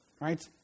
right